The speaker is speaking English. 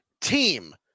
team